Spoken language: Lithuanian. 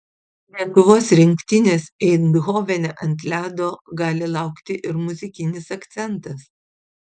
lietuvos rinktinės eindhovene ant ledo gali laukti ir muzikinis akcentas